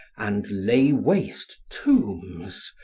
and lay waste tombs,